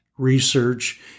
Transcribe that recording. research